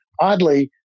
oddly